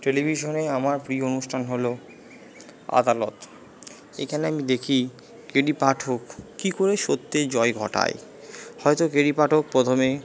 টেলিভিশনে আমার প্রিয় অনুষ্ঠান হলো আদালত এখানে আমি দেখি কে ডি পাঠক কী করে সত্যের জয় ঘটায় হয়তো কে ডি পাঠক প্রথমে